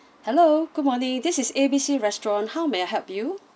hello good morning this is A B C restaurant how may I help you